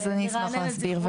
אז אני אשמח לעזור.